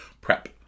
Prep